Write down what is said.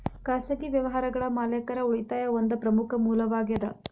ಖಾಸಗಿ ವ್ಯವಹಾರಗಳ ಮಾಲೇಕರ ಉಳಿತಾಯಾ ಒಂದ ಪ್ರಮುಖ ಮೂಲವಾಗೇದ